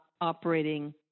operating